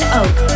oak